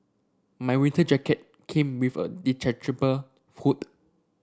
my winter jacket came with a hood